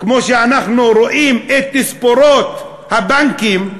כמו שאנחנו רואים את תספורות הבנקים,